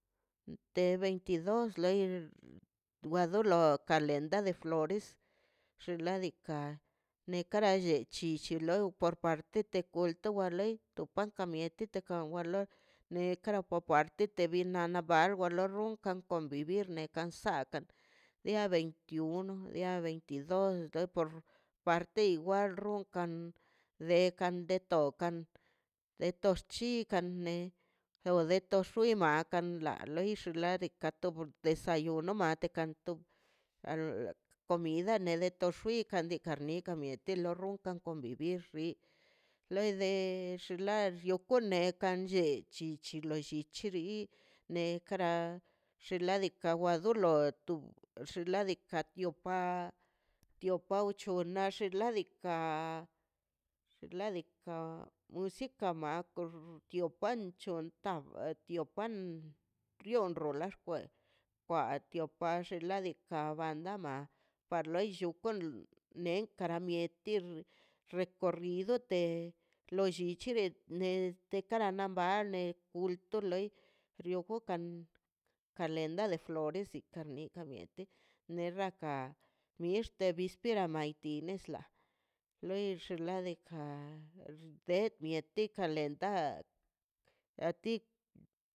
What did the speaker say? Te veintidos kalenda de flores te kara llichi te pr parte de wolto wa lei toka ta mieti toka wa loi nekara wo parte te ka bar wa borrun kan konvivir ne kansak dia veintiuno veitidos ne por parte igual dekan de tokan de tor chikan me deto xwi makan la da loix ladika top desayuno matekan tu al comida ned to xkwi kan li nikarnikan miet te lo rrunkan come vivir bi le de xinla yo kwin nekan lo llichiri nekara xinladika wan dolo xinladika tiufa tio pacho nax ladika xinladika kan mator tio panchon tan tio pan kion rula tkrioeb a tiox xali ama tio loi tio ken kara mieti recorrido te lo llichi de ne tekaram bane kulto loi lio kokan kalenda de flores kamie kamieti nerraka mixte birasta nesla leix ladika xdet mieti kalenda a ti.